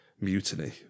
mutiny